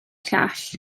llall